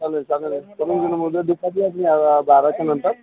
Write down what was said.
चालेल चालेल दुपारी या तुम्ही बाराच्या नंतर